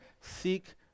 Seek